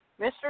Mr